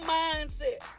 mindset